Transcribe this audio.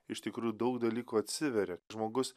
iš tikrųjų daug dalykų atsiveria žmogus